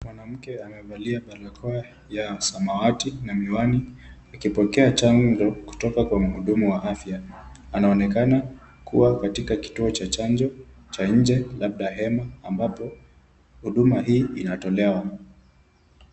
Mwanamke amevalia barakoa ya samawati na miwani akipokea chanjo kutoka kwa mhudumu wa afya. Anaonekana kuwa katika kituo cha chanjo cha nje labda hema ambapo huduma hii inatolewa.